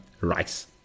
Rice